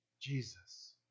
Jesus